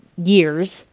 years,